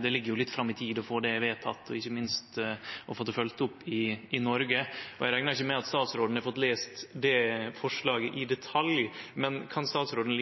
Det ligg litt fram i tid å få det vedteke og ikkje minst å få det følgt opp i Noreg. Eg reknar ikkje med at statsråden har fått lese det forslaget i detalj, men kan statsråden